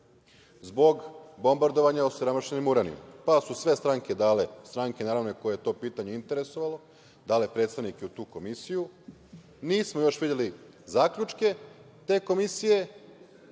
zbog bombardovanja osiromašenim uranijumom. Pa, su sve stranke, stranke, naravno, koje to pitanje interesovale, dale predstavnike u tu Komisiju. Nismo još videli zaključke te Komisije,